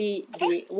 apa